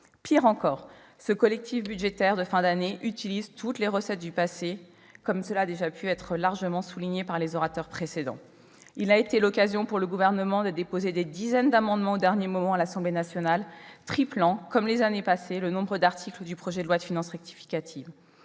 Pis encore, ce collectif budgétaire de fin d'année utilise toutes les recettes du passé, cela a été largement souligné par les orateurs qui m'ont précédée. Il a été l'occasion, pour le Gouvernement, de déposer, au dernier moment, des dizaines d'amendements à l'Assemblée nationale, triplant, comme les années passées, le nombre d'articles du projet de loi de finances rectificative.